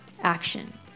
action